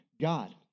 God